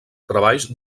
treballs